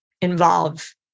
involve